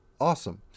awesome